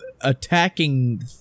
attacking